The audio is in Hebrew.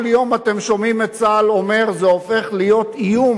כל יום אתם שומעים את צה"ל אומר: זה הופך להיות איום.